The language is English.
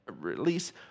release